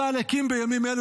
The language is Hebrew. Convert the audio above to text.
צה"ל הקים בימים אלו,